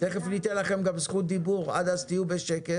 תיכף ניתן לכם זכות דיבור, עד אז תהיו בשקט.